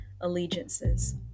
allegiances